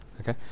Okay